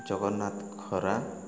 ଜଗନ୍ନାଥ ଖରା